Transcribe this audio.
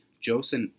Joseph